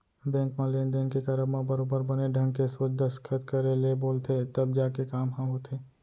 bank म लेन देन के करब म बरोबर बने ढंग के सोझ दस्खत करे ले बोलथे तब जाके काम ह होथे